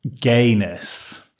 gayness